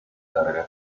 carrera